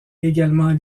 également